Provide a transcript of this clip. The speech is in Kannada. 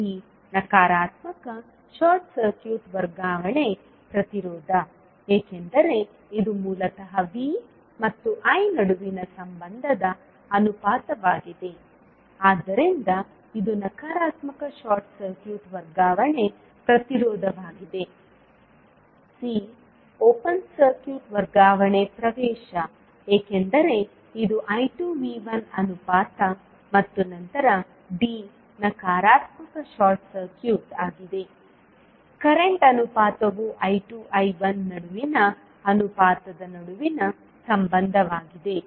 b ನಕಾರಾತ್ಮಕ ಶಾರ್ಟ್ ಸರ್ಕ್ಯೂಟ್ ವರ್ಗಾವಣೆ ಪ್ರತಿರೋಧ ಏಕೆಂದರೆ ಇದು ಮೂಲತಃ V ಮತ್ತು I ನಡುವಿನ ಸಂಬಂಧದ ಅನುಪಾತವಾಗಿದೆ ಆದ್ದರಿಂದ ಇದು ನಕಾರಾತ್ಮಕ ಶಾರ್ಟ್ ಸರ್ಕ್ಯೂಟ್ ವರ್ಗಾವಣೆ ಪ್ರತಿರೋಧವಾಗಿದೆ c ಓಪನ್ ಸರ್ಕ್ಯೂಟ್ ವರ್ಗಾವಣೆ ಪ್ರವೇಶ ಏಕೆಂದರೆ ಇದು I2V1 ಅನುಪಾತ ಮತ್ತು ನಂತರ d ನಕಾರಾತ್ಮಕ ಶಾರ್ಟ್ ಸರ್ಕ್ಯೂಟ್ ಆಗಿದೆ ಕರೆಂಟ್ ಅನುಪಾತವು I2I1 ನಡುವಿನ ಅನುಪಾತದ ನಡುವಿನ ಸಂಬಂಧವಾಗಿದೆ